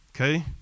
Okay